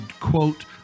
quote